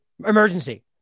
Emergency